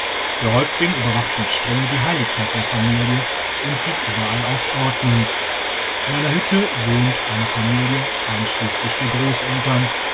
der häuptling überwacht mit strenge die heiligkeit der familie und sieht überall auf ordnung in einer hütte wohnt eine familie einschliesslich der grosseltern